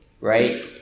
right